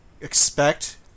expect